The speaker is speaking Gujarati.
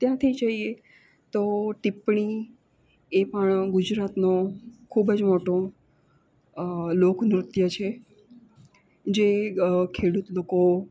ત્યાંથી જઈએ તો ટીપ્પણી એ પણ ગુજરાતનો ખૂબ જ મોટું લોકનૃત્ય છે જે ખેડૂત લોકો